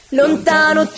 lontano